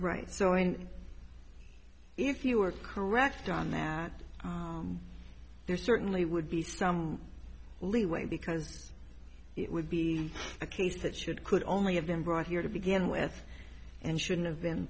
right so in if you were correct on that there certainly would be some leeway because it would be a case that should could only have been brought here to begin with and shouldn't have been